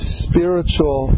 spiritual